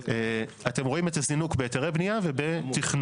אתם רואים את הזינוק בהיתרי הבנייה ובתכנון.